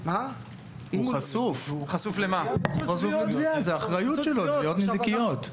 הוא חשוף לתביעות נזיקיות.